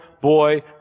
boy